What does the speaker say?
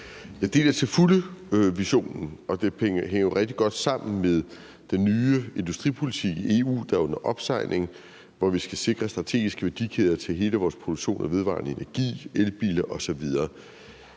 Jeg deler til fulde visionen. Og det hænger jo rigtig godt sammen med den nye industripolitik i EU, der er under opsejling, hvor vi skal sikre strategiske værdikæder i hele vores produktion af vedvarende energi, elbiler osv.